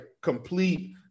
complete –